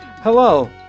Hello